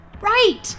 right